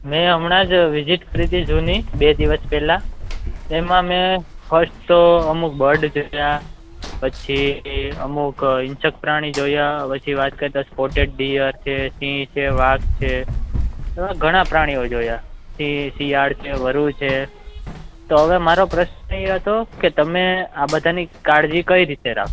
મેં હમણાં જ વિઝીટ કરી હતી જૂની બે દિવસ પહેલાં તેમાં મેં ફર્સ્ટ તો અમુક બર્ડ જોયાં પછી અમુક ઇન્સેકટ પ્રાણી જોયા પછી વાત કરતા સ્પોટેડ ડિયર છે સિંહ છે વાઘ છે એવા ઘણા પ્રાણીઓ જોયાં પછી સિંહ શિયાળ છે વરુ છે તો હવે મારો પ્રશ્ન એ હતો કે તમે આ બધાની કાળજી કઈ રીતે રાખવી